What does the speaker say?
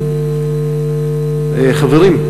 חברים,